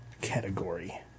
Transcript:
category